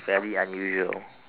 very unusual